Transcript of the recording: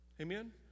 amen